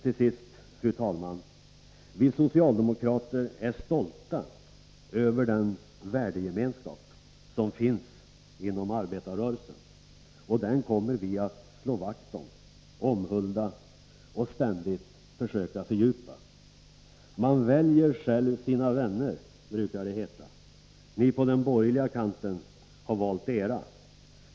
Till sist, fru talman, vill jag säga att vi socialdemokrater är stolta över den värdegemenskap som finns inom arbetarrörelsen, och den kommer vi att slå vakt om, omhulda och ständigt försöka fördjupa. Man väljer själv sina vänner, brukar det heta. Ni på den borgerliga kanten har valt era.